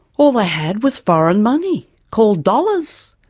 all they had was foreign money called dollars.